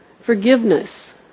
forgiveness